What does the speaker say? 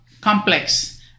complex